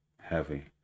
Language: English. heavy